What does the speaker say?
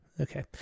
Okay